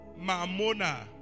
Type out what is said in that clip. Mamona